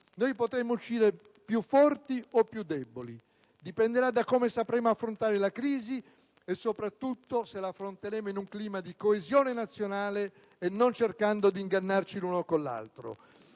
Potremo uscire più forti o più deboli. Dipenderà da come sapremo affrontare la crisi e, soprattutto, se l'affronteremo in un clima di coesione nazionale e non cercando di ingannarci l'uno con l'altro.